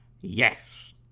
Yes